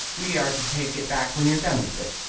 we are to take it back when you're done with it.